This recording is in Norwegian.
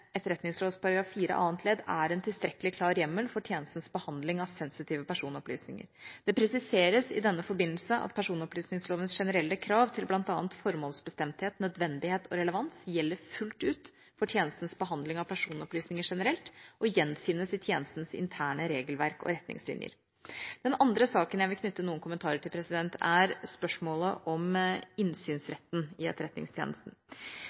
annet ledd i etterretningstjenesteloven er en tilstrekkelig klar hjemmel for tjenestens behandling av sensitive personopplysninger. Det presiseres i denne forbindelse at personopplysningslovens generelle krav til bl.a. formålsbestemthet, nødvendighet og relevans gjelder fullt ut for tjenestens behandling av personopplysninger generelt og gjenfinnes i tjenestens interne regelverk og retningslinjer. Den andre saken jeg vil knytte noen kommentarer til, er spørsmålet om innsynsretten i Etterretningstjenesten.